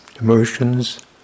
Emotions